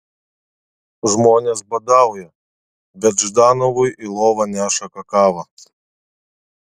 žmonės badauja bet ždanovui į lovą neša kakavą